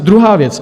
Druhá věc.